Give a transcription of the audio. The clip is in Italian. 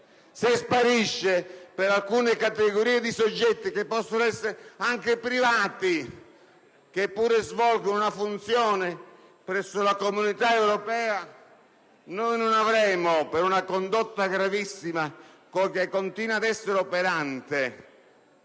se sparisce per alcune categorie di soggetti che possono essere anche privati, che pure svolgono una funzione presso le Comunità europee, non l'avremo per una condotta gravissima, che continua ad essere operante